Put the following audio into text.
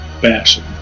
fashion